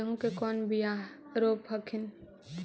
गेहूं के कौन बियाह रोप हखिन?